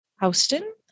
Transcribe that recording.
Houston